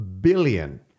billion